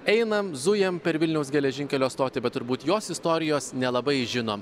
einam zujam per vilniaus geležinkelio stotį bet turbūt jos istorijos nelabai žinom